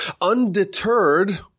Undeterred